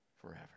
forever